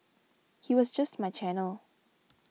he was just my channel